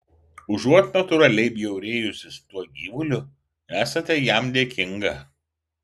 užuot natūraliai bjaurėjusis tuo gyvuliu esate jam dėkinga